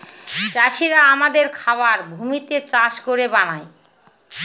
চাষিরা আমাদের খাবার ভূমিতে চাষ করে বানায়